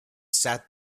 sat